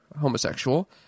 homosexual